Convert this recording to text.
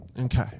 Okay